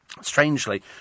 Strangely